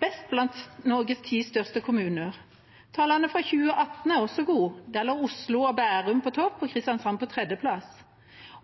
best blant Norges ti største kommuner. Tallene fra 2018 er også gode. Da lå Oslo og Bærum på topp og Kristiansand på tredjeplass.